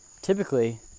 Typically